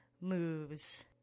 moves